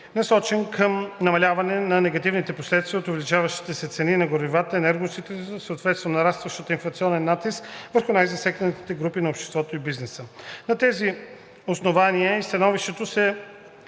насочени към намаляване на негативните последствия от увеличаващите се цени на горивата и енергоносителите, съответно нарастващия инфлационен натиск върху най-засегнатите групи от обществото и бизнеса. На тези основания в становището са